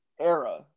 era